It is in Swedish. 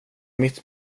mitt